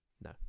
No